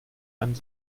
ein